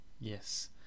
yes